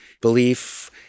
belief